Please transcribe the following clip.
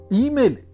email